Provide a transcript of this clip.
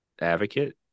advocate